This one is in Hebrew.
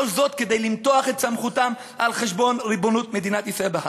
כל זאת כדי למתוח את סמכותם על חשבון ריבונות מדינת ישראל בהר.